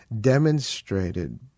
demonstrated